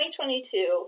2022